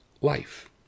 life